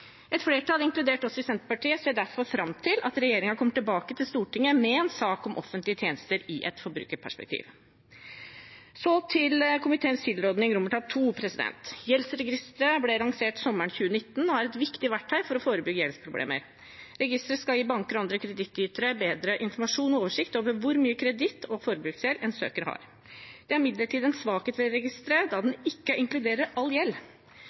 Et flertall, inkludert oss i Senterpartiet, ser derfor fram til at regjeringen kommer tilbake til Stortinget med en sak om offentlige tjenester i et forbrukerperspektiv. Så til II i komiteens tilråding: Gjeldsregisteret ble lansert sommeren 2019 og er et viktig verktøy for å forebygge gjeldsproblemer. Registeret skal gi banker og andre kredittytere bedre informasjon og oversikt over hvor mye kreditt og forbruksgjeld en søker har. Det er imidlertid en svakhet ved registeret at det ikke inkluderer all gjeld.